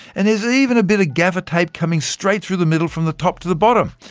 and there's even a bit of gaffer tape coming straight through the middle from the top to the bottom.